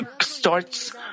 starts